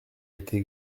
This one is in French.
été